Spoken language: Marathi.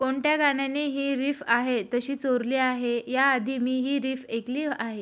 कोणत्या गाण्याने ही रिफ आहे तशी चोरली आहे याआधी मी ही रिफ ऐकली आहे